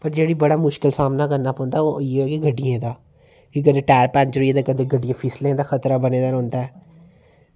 पर जेह्ड़ा बड़ा मुश्कल दा सामना करना पौंदा ते ओह् ऐ गड्डियें दा की कदें टायर पंचर होई जंदा कदें गड्डियां फिसलनै दा खतरा बने दा रौंहदा ऐ